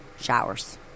showers